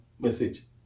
message